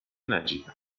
نجیبن